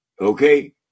Okay